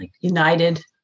United